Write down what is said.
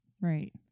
Right